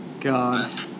God